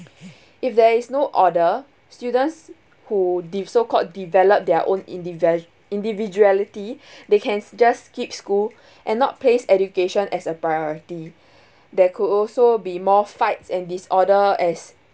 if there is no order students who dev~ so called develop their own indivi~ individuality they can just skip school and not place education as a priority there could also be more fights and disorder as